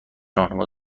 راهنما